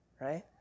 Right